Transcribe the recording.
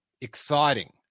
exciting